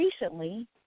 recently